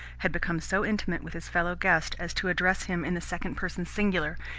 had become so intimate with his fellow guest as to address him in the second person singular,